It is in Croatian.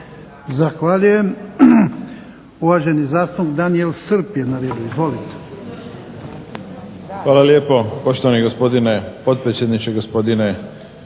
Zahvaljujem. Uvaženi zastupnik Daniel Srb je